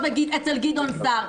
אני רוצה להיות אצל גדעון סער.